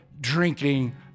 drinking